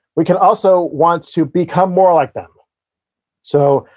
we can also want to become more like them so,